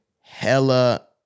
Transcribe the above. hella